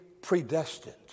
predestined